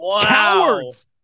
Cowards